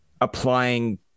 applying